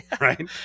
Right